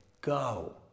go